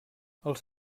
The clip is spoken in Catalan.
els